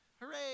Hooray